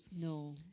No